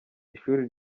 ishuri